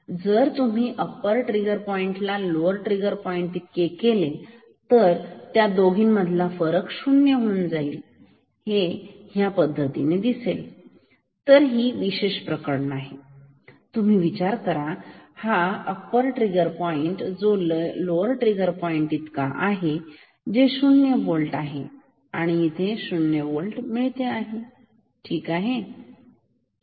जर तुम्ही upper trigger पॉइंटला लोअर ट्रिगर पॉईंट इतके केले तर दोन्हीमधील फरक 0 होतील आणि ते ह्या पद्धतीने दिसेल तर ही विशेष प्रकरण आहे तुम्ही विचार करा हा आहे अप्पर ट्रिगर पॉईंट जो लोवर ट्रिगर पॉईंट इतका आहे जे शून्य होल्ट आहेशून्य होल्ट मिळाले ठीक आहे